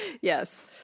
Yes